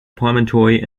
promontory